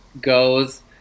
goes